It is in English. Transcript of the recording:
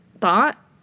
thought